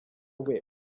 whip